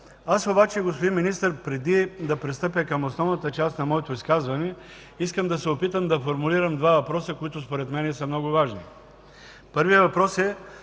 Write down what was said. Аз обаче, господин Министър, преди да пристъпя към основната част на моето изказване, искам да се опитам да формулирам два въпроса, които според мен са много важни. Първият въпрос е: